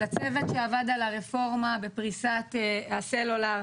לצוות שעבד על הרפורמה בפריסת הסלולר,